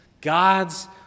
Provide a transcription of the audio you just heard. God's